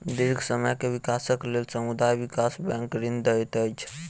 दीर्घ समय के विकासक लेल समुदाय विकास बैंक ऋण दैत अछि